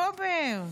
באוקטובר.